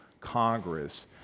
Congress